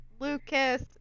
Lucas